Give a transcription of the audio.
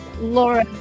Laura